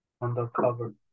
Undercover